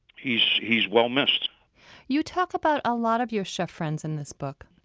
he's he's well missed you talk about a lot of your chef friends in this book,